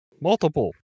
Multiple